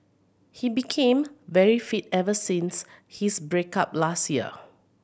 he became very fit ever since his break up last year